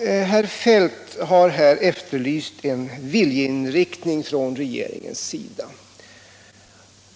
Herr Feldt har här efterlyst en viljeinriktning från regeringens sida.